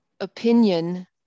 opinion